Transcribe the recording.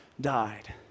died